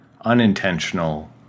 unintentional